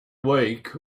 week